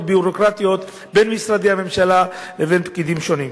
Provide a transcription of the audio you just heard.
ביורוקרטיות בין משרדי הממשלה לבין פקידים שונים.